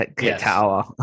tower